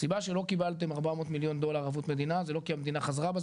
הסיבה שלא קיבלתם 400 מיליון דולר ערבות מדינה זה לא כי המדינה חזרה בה,